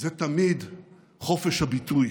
זה תמיד חופש הביטוי.